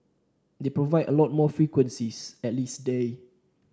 they provide a lot more frequencies at least day